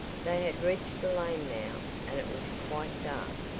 they had reached the lane now, and it was quite dark.